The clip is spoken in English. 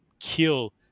Kill